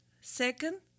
Second